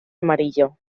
amarillo